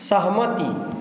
सहमति